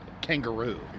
Kangaroo